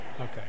Okay